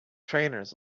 trainers